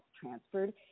transferred